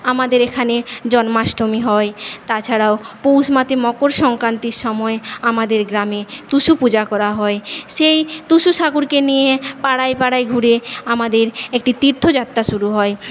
আমাদের এখানে জন্মাষ্টমী হয় তাছাড়াও পৌষ মাসে মকর সংক্রান্তির সময়ে আমাদের গ্রামে টুসু পূজা করা হয় সেই টুসু সাগরকে নিয়ে পাড়ায় পাড়ায় ঘুরে আমাদের একটি তীর্থযাত্রা শুরু হয়